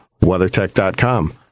WeatherTech.com